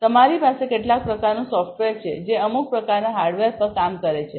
તેથી તમારી પાસે કેટલાક પ્રકારનું સોફ્ટવેર છે જે અમુક પ્રકારના હાર્ડવેર પર કામ કરે છે